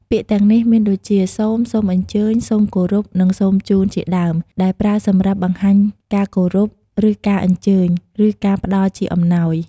ពាក្យទាំងនេះ មានដូចជា សូម, សូមអញ្ជើញ, សូមគោរព, និង សូមជូន ជាដើម ដែលប្រើសម្រាប់បង្ហាញការគោរព ឬការអញ្ជើញ ឬការផ្តល់ជាអំណោយ។